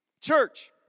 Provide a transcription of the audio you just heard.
church